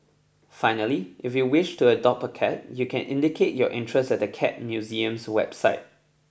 finally if you wish to adopt a cat you can indicate your interest at the Cat Museum's website